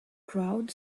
crowd